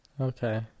Okay